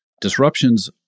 Disruptions